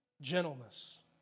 gentleness